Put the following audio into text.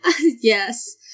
Yes